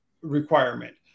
requirement